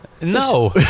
No